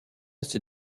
ces